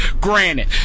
Granted